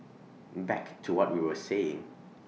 back to what we were saying